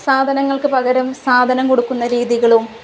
സാധനങ്ങൾക്ക് പകരം സാധനം കൊടുക്കുന്ന രീതികളും